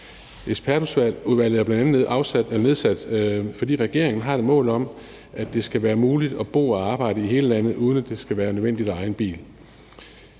Ekspertudvalget er bl.a. blevet nedsat, fordi regeringen har et mål om, at det skal være muligt at bo og arbejde i hele landet, uden at det skal være nødvendigt at eje en bil.